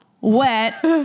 wet